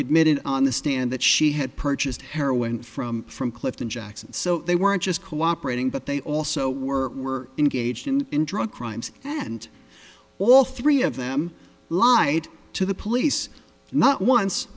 admitted on the stand that she had purchased heroin from from clifton jackson so they weren't just cooperating but they also were were engaged in drug crimes and all three of them lied to the police not once